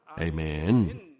Amen